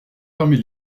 fermer